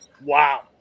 wow